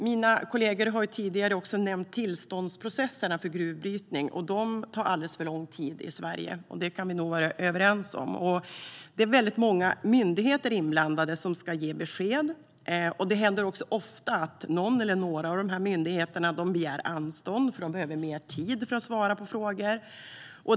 Mina kollegor har tidigare också nämnt tillståndsprocesserna för gruvbrytning, som tar alldeles för lång tid i Sverige. Det kan vi nog vara överens om. Det är väldigt många myndigheter inblandade som ska ge besked, och det händer ofta att någon eller några av dessa myndigheter begär anstånd, eftersom de behöver mer tid för att svara på frågor.